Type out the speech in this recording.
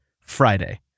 Friday